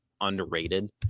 underrated